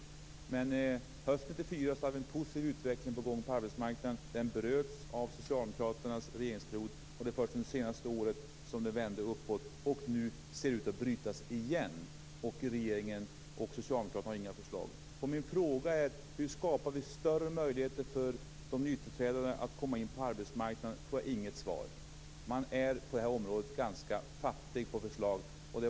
Hösten 1994 hade vi en positiv utveckling på gång på arbetsmarknaden men den bröts av Socialdemokraternas regeringsperiod. Det är först under det senaste året som det vände uppåt. Nu ser den utvecklingen återigen ut att brytas, och regeringen och Socialdemokraterna har inga förslag. På min fråga här om hur vi skapar större möjligheter för de nytillträdande att komma in på arbetsmarknaden får jag inget svar. Man är på det området ganska fattig på förslag.